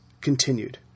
continued